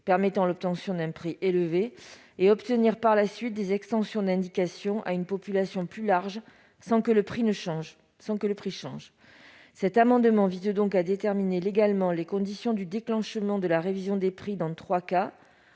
permettant l'obtention d'un prix élevé, et obtenir par la suite des extensions d'indication à une population plus large sans que le prix change. Cet amendement vise donc à déterminer légalement les conditions du déclenchement de la révision des prix dans trois cas